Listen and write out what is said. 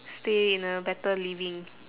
stay in a better living